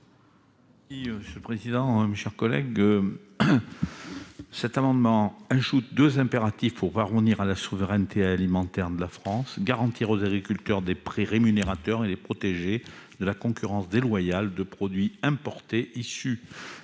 présenter l'amendement n° 33 rectifié. Cet amendement vise à ajouter deux impératifs pour parvenir à la souveraineté alimentaire de la France : garantir aux agriculteurs des prix rémunérateurs et les protéger de la concurrence déloyale de produits importés issus